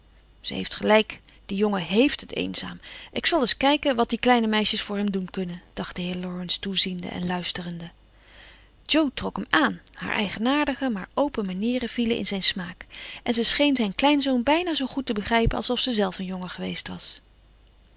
ze heeft gelijk de jongen heeft het eenzaam ik zal eens kijken wat die kleine meisjes voor hem doen kunnen dacht de heer laurence toeziende en luisterende jo trok hem aan haar eigenaardige maar open manieren vielen in zijn smaak en ze scheen zijn kleinzoon bijna zoo goed te begrijpen alsof ze zelf een jongen geweest was